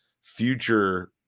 future